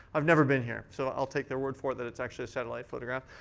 i've never been here, so i'll take their word for it that it's actually a satellite photograph.